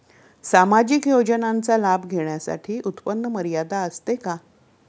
सामाजिक योजनांचा लाभ घेण्यासाठी उत्पन्न मर्यादा असते का?